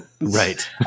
Right